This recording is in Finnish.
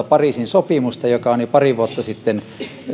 pariisin sopimusta joka on jo pari vuotta sitten